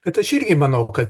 kad aš irgi manau kad